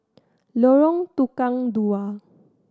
Lorong Tukang Dua